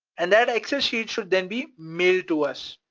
and that exit sheet should then be mailed to us.